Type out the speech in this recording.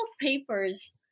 papers